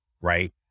Right